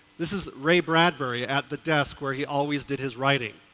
this is ray bradbury at the desk where he always did his writing.